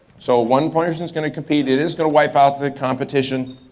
so one person's gonna compete. it is gonna wipe out the competition.